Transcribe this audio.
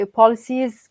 policies